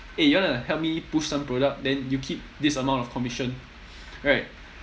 eh you want to help me push some products then you keep this amount of commission right